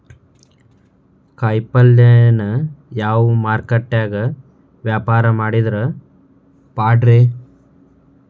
ಕಾಯಿಪಲ್ಯನ ಯಾವ ಮಾರುಕಟ್ಯಾಗ ವ್ಯಾಪಾರ ಮಾಡಿದ್ರ ಪಾಡ್ರೇ?